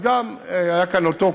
גם אז היה כאן אותו קו,